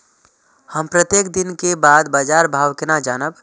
हम प्रत्येक दिन के बाद बाजार भाव केना जानब?